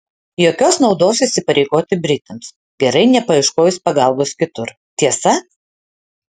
jokios naudos įsipareigoti britams gerai nepaieškojus pagalbos kitur tiesa